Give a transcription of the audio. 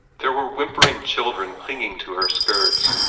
there were whimpering children clinging to her skirts,